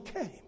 came